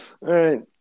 right